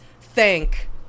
thank